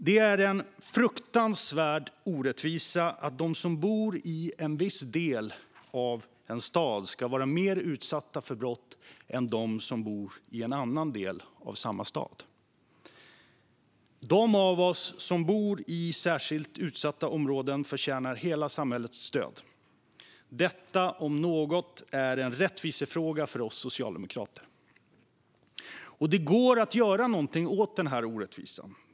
Det är en fruktansvärd orättvisa att de som bor i en viss del av en stad ska vara mer utsatta för brott än de som bor i en annan del av samma stad. De av oss som bor i särskilt utsatta områden förtjänar hela samhällets stöd. Detta om något är en rättvisefråga för oss socialdemokrater. Och det går att göra något åt denna orättvisa.